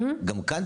גם כאן,